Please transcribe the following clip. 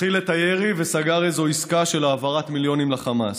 הכיל את הירי וסגר איזו עסקה של העברת מיליונים לחמאס.